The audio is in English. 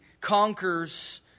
conquers